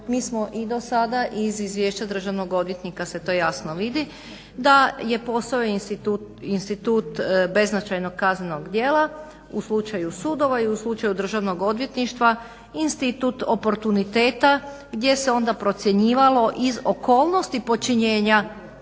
Mi smo i do sada iz izvješća Državnog odvjetnika se to jasno vidi. Da je posao institut beznačajnog kaznenog djela u slučaju sudova i u slučaju Državnog odvjetništva, institut oportuniteta gdje se onda procjenjivalo iz okolnosti počinjenja